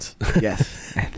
Yes